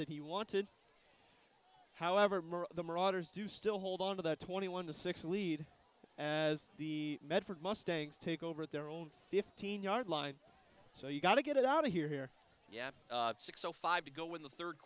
that he wanted however the marauders do still hold on to that twenty one six lead as the medford mustangs take over their own fifteen yard line so you've got to get it out of here yeah six zero five to go in the third